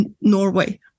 Norway